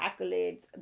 accolades